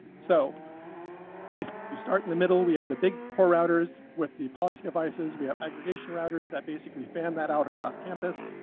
so basically you start in the middle. we have the big core routers with the policy devices. we have aggregation routers that basically fan that out across campus.